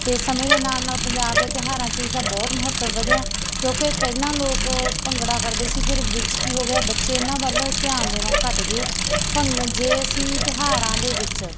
ਅਤੇ ਸਮੇਂ ਦੇ ਨਾਲ ਨਾਲ ਪੰਜਾਬ ਦੇ ਤਿਉਹਾਰਾਂ 'ਚ ਇਸ ਦਾ ਬਹੁਤ ਮਹੱਤਵ ਵਧਿਆ ਕਿਉਂਕਿ ਪਹਿਲਾਂ ਲੋਕ ਭੰਗੜਾ ਕਰਦੇ ਸੀ ਫਿਰ ਵਿੱਚ ਕੀ ਹੋ ਗਿਆ ਬੱਚੇ ਇਹਨਾਂ ਵੱਲ ਧਿਆਨ ਦੇਣੋ ਘੱਟ ਗਏ ਭੰਗ ਜੇ ਅਸੀਂ ਤਿਉਹਾਰਾਂ ਦੇ ਵਿੱਚ